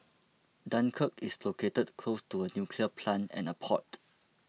dunkirk is located close to a nuclear plant and a port